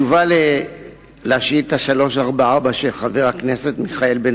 רצוני לשאול: האם הוכה האיש על-ידי שוטר יס"מ או לא?